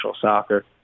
soccer